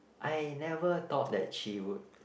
I never thought that she would